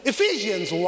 Ephesians